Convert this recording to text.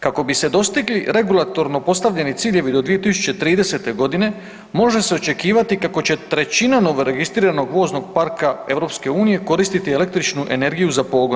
Kako bi se dostigli regulatorno postavljeni ciljevi do 2030. godine može se očekivati kako će trećina novo registriranog voznog parka EU koristiti električnu energiju za pogon.